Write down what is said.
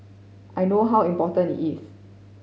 I know how important it is